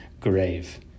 grave